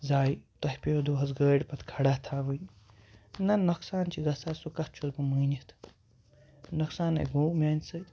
زایہِ تۄہہِ پیٚو دۄہَس گٲڑۍ پَتہٕ کھڑا تھاوٕنۍ نہ نۄقصان چھِ گژھان سُہ کَتھ چھُس بہٕ مٲنِتھ نۄقصان نے گوٚو میٛانہِ سۭتۍ